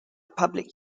public